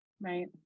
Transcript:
Right